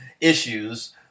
issues